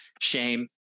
shame